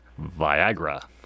Viagra